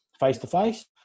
face-to-face